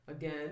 Again